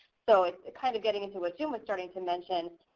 so it's kind of getting into what jim was starting to mention,